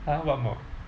!huh! what mod